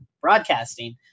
broadcasting